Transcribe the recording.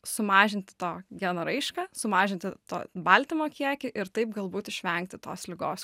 sumažinti to geno raišką sumažinti to baltymo kiekį ir taip galbūt išvengti tos ligos